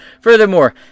Furthermore